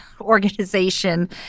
organization